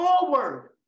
forward